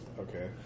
okay